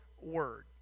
word